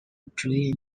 drain